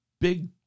big